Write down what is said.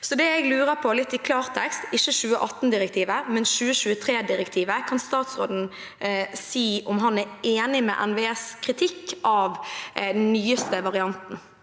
Det jeg lurer på, litt i klartekst, og det gjelder ikke 2018-direktivet, men 2023-direktivet, er om statsråden kan si om han er enig i NVEs kritikk av den nyeste varianten.